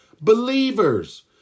believers